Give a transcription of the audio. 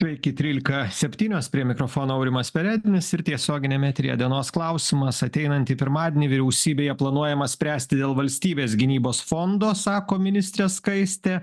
sveiki trylika septynios prie mikrofono aurimas perednis ir tiesioginiame eteryje dienos klausimas ateinantį pirmadienį vyriausybėje planuojama spręsti dėl valstybės gynybos fondo sako ministrė skaistė